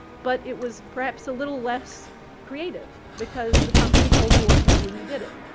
but it was perhaps a little less creative because the company told you what to do and you did it.